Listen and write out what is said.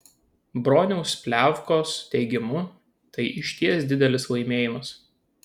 broniaus pliavgos teigimu tai išties didelis laimėjimas